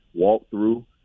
walkthrough